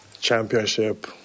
championship